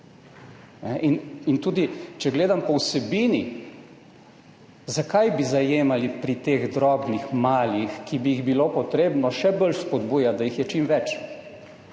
In tudi, če gledam po vsebini, zakaj bi zajemali pri teh drobnih, malih, ki bi jih bilo treba še bolj spodbujati, da jih je čim več.